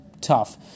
tough